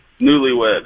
Newlywed